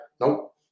Nope